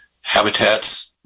habitats